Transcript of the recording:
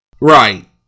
Right